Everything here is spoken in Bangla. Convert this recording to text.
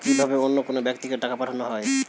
কি ভাবে অন্য কোনো ব্যাক্তিকে টাকা পাঠানো হয়?